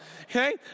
Okay